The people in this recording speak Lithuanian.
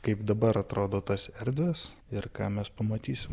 kaip dabar atrodo tos erdvės ir ką mes pamatysim